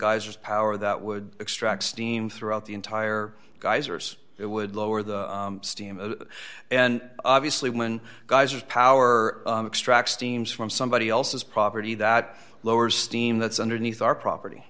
geysers power that would extract steam throughout the entire geysers it would lower the steam and obviously women geysers power extract steams from somebody else's property that lowers steam that's underneath our property